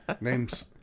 Name's